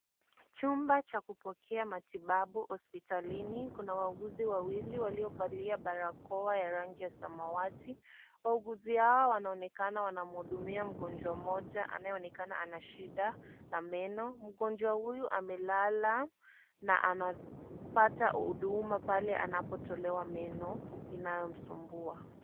Chumba cha kupokea matibabu hospitalini kuna wauguzi wawili waliovalia barakoa ya rangi ya samawati, wauguzi hawa wanaonekana wanamhudumia mgonjwa moja anayeonekana ana shida na meno. Mgonjwa huyu amelala na anapata huduma pale anapotolewa meno inayomsumbua.